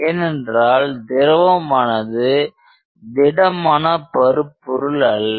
ஏனென்றால் திரவமானது திடமான பருப்பொருள் அல்ல